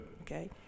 Okay